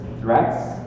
threats